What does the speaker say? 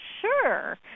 sure